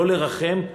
לא לרחם,